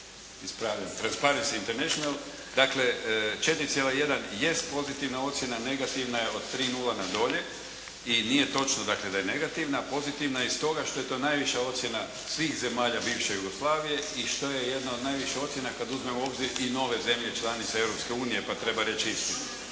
Ispravljam, Transparent international, dakle, 4,1 jest pozitivna ocjena, negativna je od 3.0 na dolje, i nije točno dakle, da je negativna, pozitivna je iz toga što je to najviša ocjena svih zemalja bivše Jugoslavije i što je jedna od najviših ocjena kada uzmemo u obzir i nove zemlje članice Europske unije. Pa treba reći istinu.